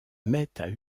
mettent